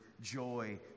joy